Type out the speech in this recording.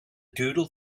doodle